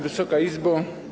Wysoka Izbo!